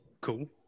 Cool